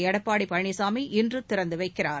எடப்பாடி பழனிசாமி இன்று திறந்து வைக்கிறார்